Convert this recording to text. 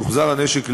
יוחזר הנשק לבעליו.